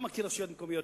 שזאת שערורייה.